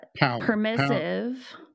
permissive